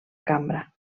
cambra